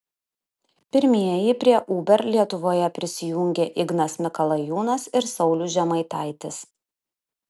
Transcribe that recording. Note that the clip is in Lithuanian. pirmieji prie uber lietuvoje prisijungė ignas mikalajūnas ir saulius žemaitaitis